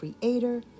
creator